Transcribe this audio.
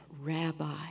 Rabbi